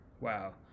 Wow